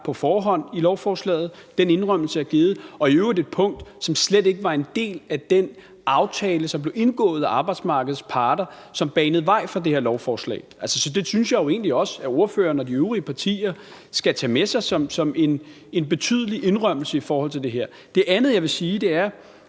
på forhånd var i lovforslaget – den indrømmelse er givet – og i øvrigt et punkt, som slet ikke var en del af den aftale, som blev indgået af arbejdsmarkedets parter, som banede vej for det her lovforslag. Så det synes jeg jo egentlig også at ordføreren og de øvrige partier skal tage med sig som en betydelig indrømmelse i forhold til det her. Det andet, jeg vil sige, er,